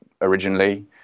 originally